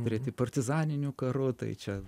treti partizaniniu karu tai čia